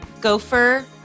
Gopher